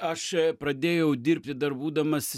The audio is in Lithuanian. aš pradėjau dirbti dar būdamas